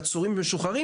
עצורים ומשוחררים,